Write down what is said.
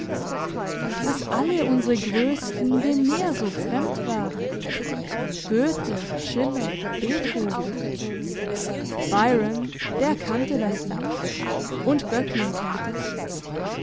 dass alle unsere grössten dem meer so fremd waren goethe schiller beethoven byron der kannte das meer und böcklin kennt es